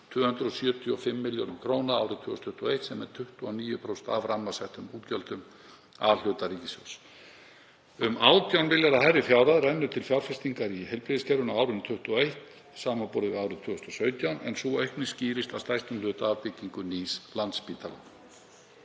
275 milljörðum kr. árið 2021 sem er 29% af rammasettum útgjöldum A-hluta ríkissjóðs. Um 18 milljarða kr. hærri fjárhæð rennur til fjárfestingar í heilbrigðiskerfinu á árinu 2021 samanborið við árið 2017, en sú aukning skýrist að stærstum hluta af byggingu nýs Landspítala.